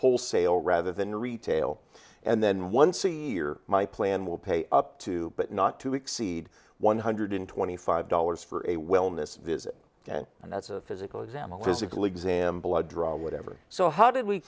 wholesale rather than retail and then once a year my plan will pay up to but not to exceed one hundred twenty five dollars for a wellness visit and that's a physical exam a physical exam blood draw whatever so how did we